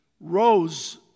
rose